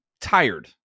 tired